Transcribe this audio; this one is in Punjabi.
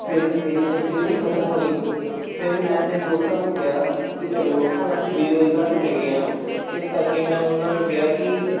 ਫਿਰ ਮੇਰੀ ਜਦੋਂ ਡਿਗਰੀ ਖਤਮ ਹੋਈ ਫਿਰ ਮੈਂ ਆਪਣੇ ਦੋਸਤਾਂ ਨੂੰ ਕਿਹਾ ਕਿ ਚੱਲੋ ਹੁਣ ਅਸੀਂ ਬੇਰੁਜ਼ਗਾਰ ਹੀ ਹੈਗੇ ਹਾਂ ਇਸ ਕਰਕੇ ਮੈਂ ਉਹਨਾਂ ਨੂੰ ਕਿਹਾ ਕਿ